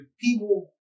people